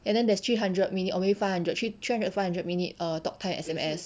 and then there's three hundred minute or maybe five hundred three three hundred to five hundred minute talk time S_M_S